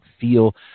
feel